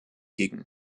gegen